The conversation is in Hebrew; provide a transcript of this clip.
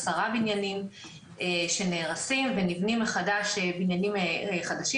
עשרה בניינים שנהרסים ונבנים מחדש בניינים חדשים.